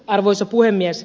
arvoisa puhemies